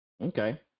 Okay